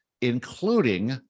including